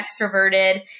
extroverted